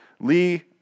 Lee